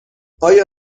آیا